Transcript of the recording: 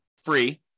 Free